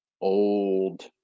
old